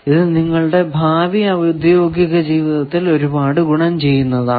ഇത് നിങ്ങളുടെ ഭാവി ഔദ്യോഗിക ജീവിതത്തിൽ ഒരുപാട് ഗുണം ചെയ്യുന്നതാണ്